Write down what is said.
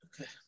Okay